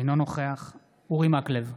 אינו נוכח אורי מקלב,